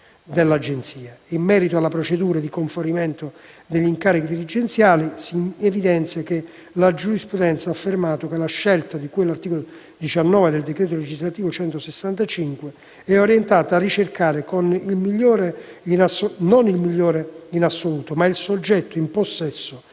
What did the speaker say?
dell'Agenzia. In merito alla procedura di conferimento degli incarichi dirigenziali, si evidenzia che la giurisprudenza ha affermato che la scelta di cui all'articolo 19, comma 1, del decreto legislativo n. 165 del 2001, è orientata a ricercare non il migliore in assoluto, ma il soggetto in possesso